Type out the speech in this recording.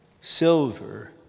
Silver